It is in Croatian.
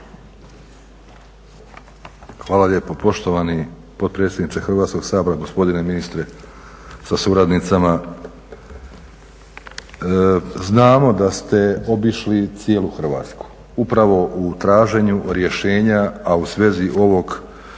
Hvala lijepo poštovani potpredsjedniče Hrvatskog sabora, gospodine ministre sa suradnicama. Znamo da ste obišli cijelu Hrvatsku upravo u traženju rješenja a u svezi ovog